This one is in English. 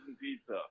pizza